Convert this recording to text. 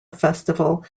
festival